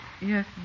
Yes